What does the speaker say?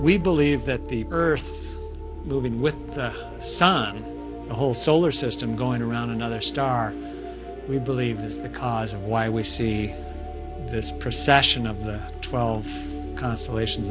we believe that the birth moving with the sun and the whole solar system going around another star we believe is the cause of why we see this precession of the twelve consolation